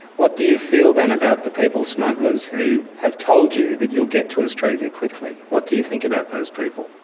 what do you feel then about the people smugglers who have told you that you'll get to australia quickly? what do you think about those people?